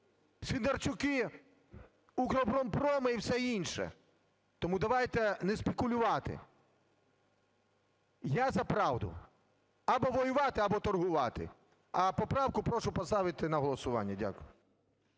війни. Свинарчуки, "Укроборонпроми" і все інше. Тому давайте не спекулювати. Я за правду: або воювати, або торгувати. А поправку прошу поставити на голосування. Дякую.